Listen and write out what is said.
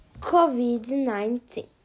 COVID-19